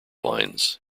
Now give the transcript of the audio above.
lines